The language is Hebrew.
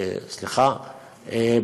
סליחה,